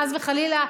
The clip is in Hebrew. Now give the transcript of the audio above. חס וחלילה,